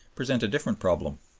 present a different problem.